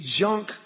junk